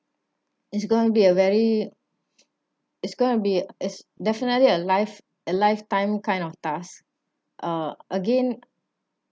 it's going to be a very it's going to be it's definitely a life a lifetime kind of task uh again